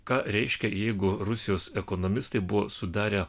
ką reiškia jeigu rusijos ekonomistai buvo sudarę